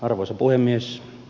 arvoisa puhemies